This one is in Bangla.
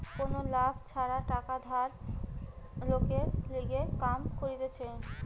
কোনো লাভ ছাড়া টাকা ধার লোকের লিগে কাম করতিছে